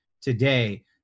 today